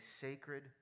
sacred